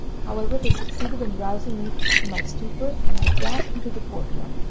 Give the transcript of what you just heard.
however they succeeded in rousing me from my stupor, and i dashed into the court-yard,